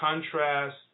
contrast